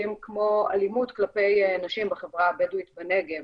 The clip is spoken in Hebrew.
כמו אלימות כלפי נשים בחברה הבדואית בנגב.